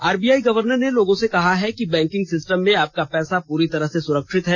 RBI governor ने लोगों से कहा है कि बैंकिंग सिस्टम में आपका पैसा पूरी तरह सुरक्षित है